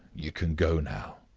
you can go now.